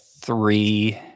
three